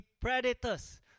predators